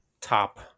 top